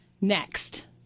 next